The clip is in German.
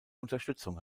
unterstützung